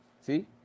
See